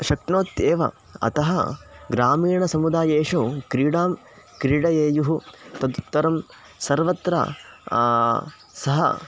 शक्नोत्येव अतः ग्रामीणसमुदायेषु क्रीडां क्रीडयेयुः तदुत्तरं सर्वत्र सः